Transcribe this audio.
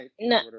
No